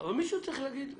אבל מישהו צריך להגיד למנהל,